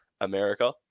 America